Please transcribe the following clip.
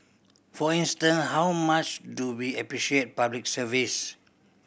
for instance how much do we appreciate Public Service